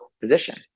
position